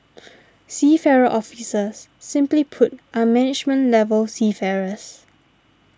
seafarer officers simply put are management level seafarers